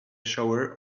shower